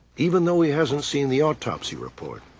even though he hasn't seen the autopsy report,